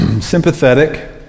sympathetic